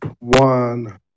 one